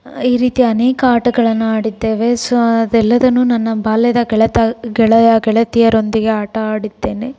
ಈ ರೀತಿ ಅನೇಕ ಆಟಗಳನ್ನು ಆಡಿದ್ದೇವೆ ಸೋ ಅದೆಲ್ಲದನ್ನೂ ನನ್ನ ಬಾಲ್ಯದ ಗೆಳಪ ಗೆಳಯ ಗೆಳತಿಯರೊಂದಿಗೆ ಆಟ ಆಡಿದ್ದೇನೆ